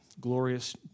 glorious